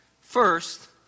First